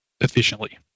efficiently